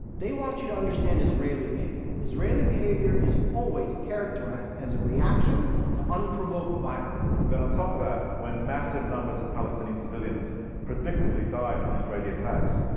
they want you to understand israeli behavior. israeli behavior is always characterized as a reaction to unprovoked violence. then on top of that, when massive numbers of palestinian civilians predictably die from israeli attacks,